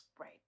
Right